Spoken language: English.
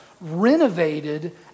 renovated